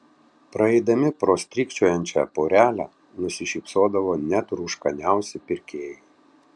praeidami pro strykčiojančią porelę nusišypsodavo net rūškaniausi pirkėjai